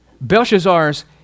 Belshazzar's